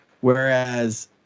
whereas